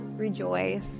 rejoice